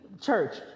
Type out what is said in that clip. church